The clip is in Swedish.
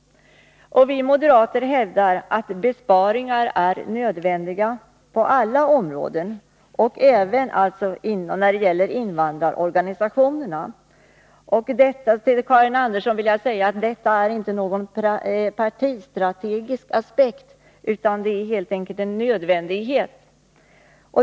Vi moderater hävdar att besparingar är nödvändiga inom alla områden — och alltså även när det gäller invandrarorganisationerna. Till Karin Andersson vill jag säga att detta inte är någon partistrategisk aspekt utan att det helt enkelt är en nödvändighet.